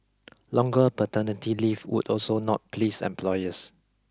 longer paternity leave would also not please employers